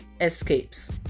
escapes